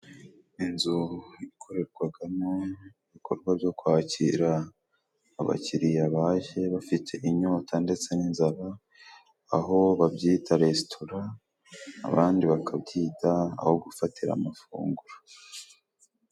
Inzu yakorerwagamo ibikorwa byo kwakira abakiriya baje bafite inyota ndetse n'inzara, aho babyita resitora abandi bakabyita aho gufatira amafunguro.